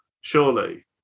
surely